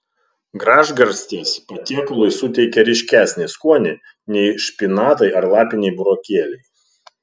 gražgarstės patiekalui suteikia ryškesnį skonį nei špinatai ar lapiniai burokėliai